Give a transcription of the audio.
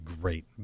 great